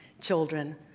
children